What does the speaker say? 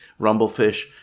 Rumblefish